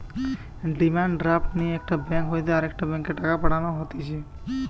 demand draft লিয়ে একটা bank হইতে আরেকটা ব্যাংকে টাকা পাঠানো হতিছে